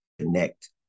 connect